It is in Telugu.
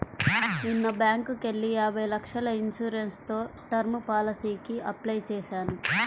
నిన్న బ్యేంకుకెళ్ళి యాభై లక్షల ఇన్సూరెన్స్ తో టర్మ్ పాలసీకి అప్లై చేశాను